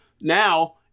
Now